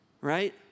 right